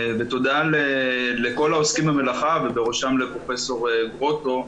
תודה לכל העוסקים במלאכה, ובראשם לפרופ' גרוטו.